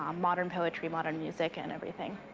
um modern poetry, modern music, and everything.